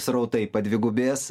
srautai padvigubės